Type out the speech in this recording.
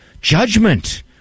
judgment